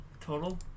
total